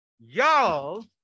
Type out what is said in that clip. y'all